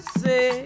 say